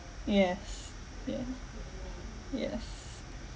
yes yes yes